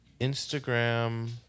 Instagram